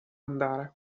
andare